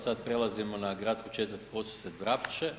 Sad prelazimo na gradsku četvrt Podsused-Vrapče.